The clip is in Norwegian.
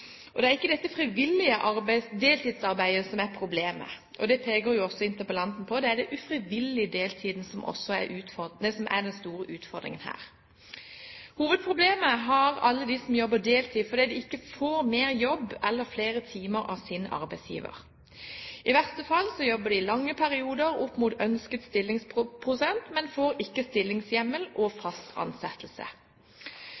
og kulturelle forskjeller. Det er ikke dette frivillige deltidsarbeidet som er problemet – det peker jo også interpellanten på – det er den ufrivillige deltiden som er den store utfordringen her. Hovedproblemet er alle de som jobber deltid fordi de ikke får mer jobb eller flere timer av sin arbeidsgiver. I verste fall jobber de i lange perioder opp mot ønsket stillingsprosent, men får ikke stillingshjemmel og